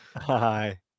Hi